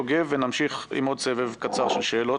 אני חושב שיותר ראוי שיקיימו על זה